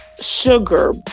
sugar